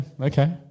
Okay